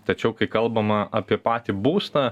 tačiau kai kalbama apie patį būstą